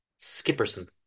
Skipperson